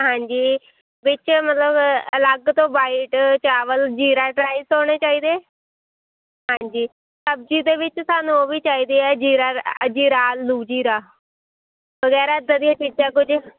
ਹਾਂਜੀ ਵਿੱਚ ਮਤਲਬ ਅਲੱਗ ਤੋਂ ਵਾਈਟ ਚਾਵਲ ਜ਼ੀਰਾ ਟਰਾਈਸ ਹੋਣੇ ਚਾਹੀਦੇ ਹਾਂਜੀ ਸਬਜ਼ੀ ਦੇ ਵਿੱਚ ਸਾਨੂੰ ਉਹ ਵੀ ਚਾਹੀਦੇ ਆ ਜ਼ੀਰਾ ਆਲੂ ਜ਼ੀਰਾ ਵਗੈਰਾ ਇੱਦਾਂ ਦੀਆਂ ਚੀਜਾਂ ਕੁਝ